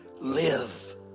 live